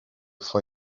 for